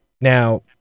Now